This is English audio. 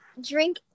drink